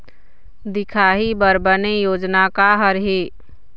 दिखाही बर बने योजना का हर हे?